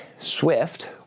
Swift